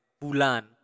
bulan